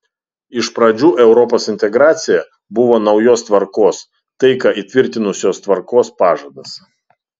iš pradžių europos integracija buvo naujos tvarkos taiką įtvirtinusios tvarkos pažadas